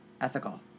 Ethical